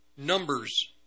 Numbers